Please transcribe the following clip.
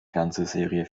fernsehserie